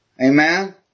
Amen